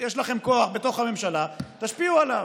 יש לכם כוח בתוך הממשלה, תשפיעו עליו.